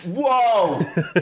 whoa